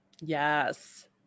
Yes